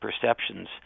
perceptions